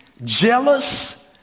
Jealous